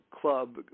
club